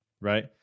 right